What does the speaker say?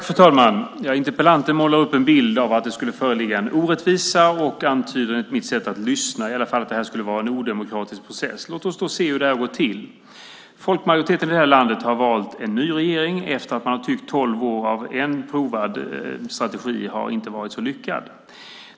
Fru talman! Interpellanten målar upp en bild av att det föreligger en orättvisa och antyder, i alla fall enligt mitt sätt att lyssna, att det här varit en odemokratisk process. Låt oss därför se hur det har gått till! En folkmajoritet i det här landet har valt en ny regering eftersom man tyckt att tolv år med tidigare provad strategi inte varit så lyckade.